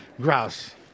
grouse